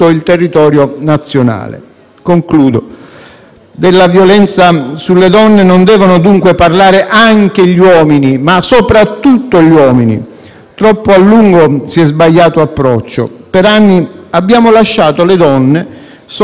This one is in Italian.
mi avvio a concludere - non devono dunque parlare anche gli uomini, ma soprattutto gli uomini. Troppo a lungo si è sbagliato approccio: per anni abbiamo lasciato le donne sole a combattere questa battaglia di civiltà.